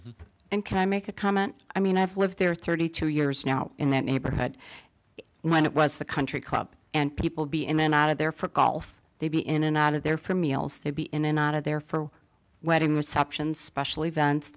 it and can i make a comment i mean i've lived there thirty two years now in that neighborhood when it was the country club and people be in and out of there for golf they'd be in and out of there for me else they'd be in and out of there for wedding receptions special events